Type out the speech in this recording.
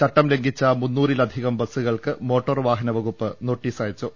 ചട്ടം ലംഘിച്ച മുന്നൂറിലധികം ബസ്സുകൾക്ക് മോട്ടോർവാഹനവകുപ്പ് നോട്ടീസയ്ച്ചു